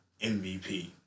MVP